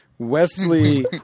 Wesley